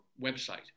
website